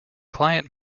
client